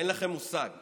אין לכם מושג.